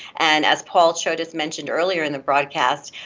and as paul chodas mentioned earlier in the broadcast,